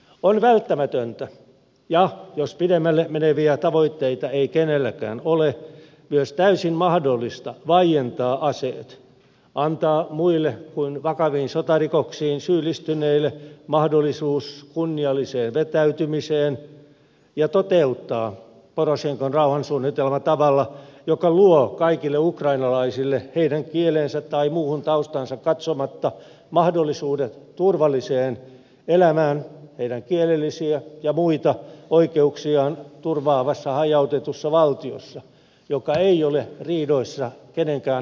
on välttämätöntä ja jos pidemmälle meneviä tavoitteita ei kenelläkään ole myös täysin mahdollista vaientaa aseet antaa muille kuin vakaviin sotarikoksiin syyllistyneille mahdollisuus kunnialliseen vetäytymiseen ja toteuttaa porosenkon rauhansuunnitelma tavalla joka luo kaikille ukrainalaisille kieleen tai muuhun taustaan katsomatta mahdollisuudet turvalliseen elämään heidän kielellisiä ja muita oikeuksiaan turvaavassa hajautetussa valtiossa joka ei ole riidoissa kenenkään naapurin kanssa